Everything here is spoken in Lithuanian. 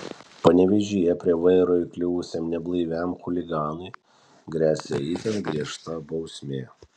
panevėžyje prie vairo įkliuvusiam neblaiviam chuliganui gresia itin griežta bausmė